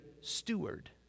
steward